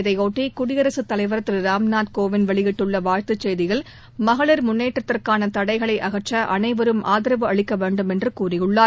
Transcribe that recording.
இதையொட்டி குடியரசு தலைவர் திரு ராம்கோவிந்த் வெளியிட்டுள்ள வாழ்த்து செய்தியில் மகளிர் முன்னேற்றத்திற்காள தடைகளை அகற்ற அனைவரும் ஆதரவு அளிக்க வேண்டும் என்று கூறியுள்ளார்